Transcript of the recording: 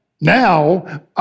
Now